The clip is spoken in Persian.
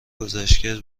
گزارشگر